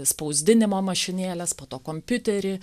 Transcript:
spausdinimo mašinėles po to kompiuterį